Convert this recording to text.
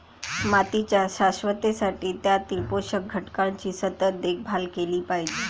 मातीच्या शाश्वततेसाठी त्यातील पोषक घटकांची सतत देखभाल केली पाहिजे